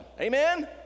amen